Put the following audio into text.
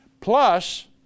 Plus